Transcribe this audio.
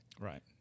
Right